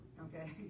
Okay